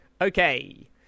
Okay